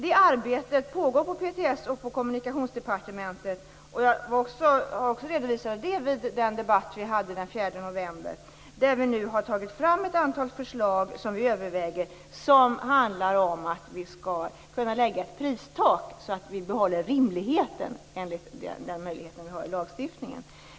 Det arbetet pågår på PTS och på Kommunikationsdepartementet. Jag redovisade också vid debatten den 4 november ett antal förslag som nu övervägs om att lägga ett pristak för att behålla den rimlighet som fastställs i lagstiftningen.